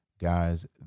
Guys